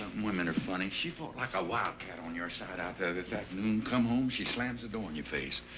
women are funny. she fought like a wildcat on your side out there this afternoon. come home. she slams the door in your face.